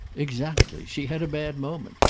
exactly she had a bad moment.